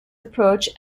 approach